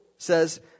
says